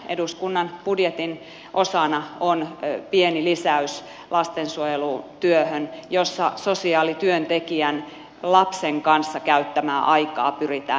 eduskunnan budjetin osana on pieni lisäys lastensuojelutyöhön jossa sosiaalityöntekijän lapsen kanssa käyttämää aikaa pyritään lisäämään